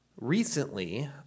recently